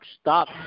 stop